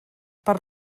per